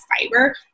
fiber